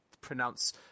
pronounce